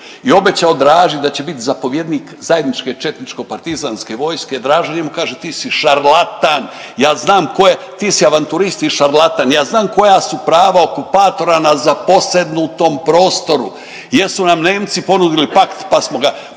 i obećao Draži da će biti zapovjednik zajedničke četničko-partizanske vojske, Draža njemu kaže ti si šarlatan ja znam tko je, ti si avanturist i šarlatan, ja znam koja su prava okupatora na zaposjednutom prostoru jer su nam Nemci ponudili pakt pa smo poništili,